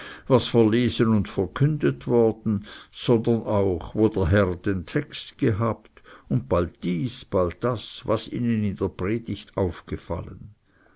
was verlesen und verkündet worden sondern auch wo der herr den text gehabt und bald dies bald das was ihnen in der predigt aufgefallen